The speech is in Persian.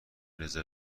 رزرو